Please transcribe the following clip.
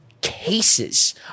cases